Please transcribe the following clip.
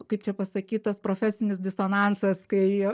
kaip čia pasakyt tas profesinis disonansas kai